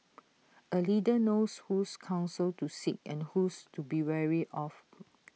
A leader knows whose counsel to seek and whose to be wary of